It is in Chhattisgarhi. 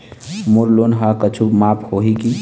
मोर लोन हा कुछू माफ होही की?